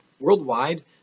Worldwide